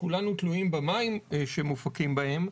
שכולנו תלויים במים שמופקים בהם,